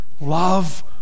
love